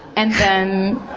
and then.